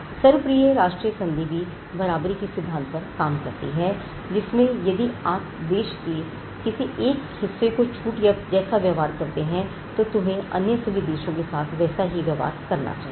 सर्वप्रिय राष्ट्रीय संधि भी बराबरी के सिद्धांत पर काम करती है जिसमें यदि आप किसी एक देश को कोई खास छूट या व्यवहार करते हो तो तुम्हें अन्य सभी देशों के साथ वैसा ही व्यवहार करना चाहिए